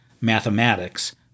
mathematics